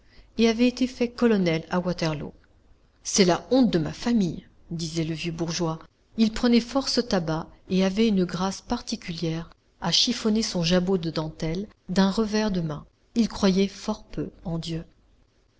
et avait été fait colonel à waterloo c'est la honte de ma famille disait le vieux bourgeois il prenait force tabac et avait une grâce particulière à chiffonner son jabot de dentelle d'un revers de main il croyait fort peu en dieu